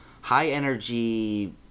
high-energy